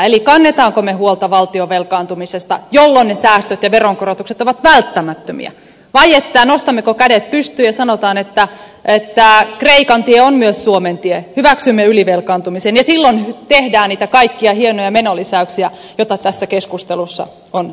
kannammeko me huolta valtion velkaantumisesta jolloin ne säästöt ja veronkorotukset ovat välttämättömiä vai nostammeko kädet pystyyn ja sanomme että kreikan tie on myös suomen tie hyväksymme ylivelkaantumisen ja silloin tehdään niitä kaikkia hienoja menolisäyksiä joita tässä keskustelussa on esitetty